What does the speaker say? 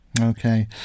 Okay